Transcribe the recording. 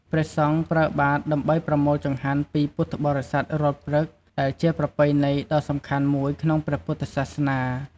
ព្រះសង្ឃប្រើបាតដើម្បីប្រមូលចង្ហាន់ពីពុទ្ធបរិស័ទរាល់ព្រឹក ដែលជាប្រពៃណីដ៏សំខាន់មួយក្នុងព្រះពុទ្ធសាសនា។